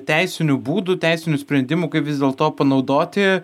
teisinių būdų teisinių sprendimų kaip vis dėlto panaudoti